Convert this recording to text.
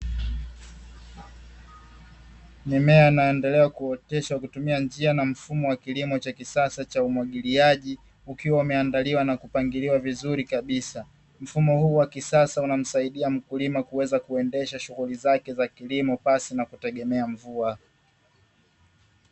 Mimea inaendelea kuoteshwa kwa kutumia njia na mfumo wa kilimo cha kisasa cha umwagiliaji, ukiwa umeandaliwa na kupangiliwa vizuri kabisa. Mfumo huu wa kisasa unamsaidia mkulima kuweza kuendesha shughuli zake za kilimo pasina kutegemea mvua.